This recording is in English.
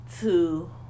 two